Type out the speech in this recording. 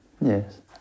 Yes